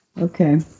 Okay